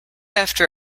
after